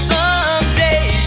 Someday